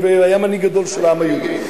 והיה מנהיג גדול של העם היהודי.